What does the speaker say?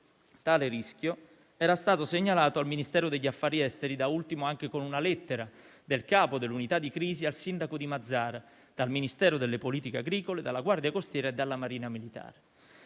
tale rischio era stato segnalato dal Ministero degli affari esteri, da ultimo anche con una lettera del capo dell'Unità di crisi al sindaco di Mazara del Vallo, dal Ministero delle politiche agricole, dalla Guardia costiera e dalla Marina militare.